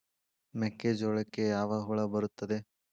ಮೆಕ್ಕೆಜೋಳಕ್ಕೆ ಯಾವ ಹುಳ ಬರುತ್ತದೆ?